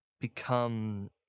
become